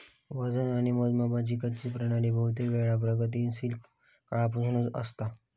वजन आणि मोजमापाची कच्ची प्रणाली बहुतेकवेळा प्रागैतिहासिक काळापासूनची असता